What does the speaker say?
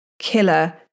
Killer